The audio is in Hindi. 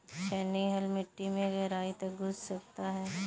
छेनी हल मिट्टी में गहराई तक घुस सकता है